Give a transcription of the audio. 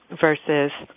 versus